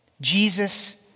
Jesus